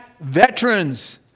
veterans